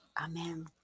Amen